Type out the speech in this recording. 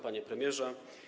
Panie Premierze!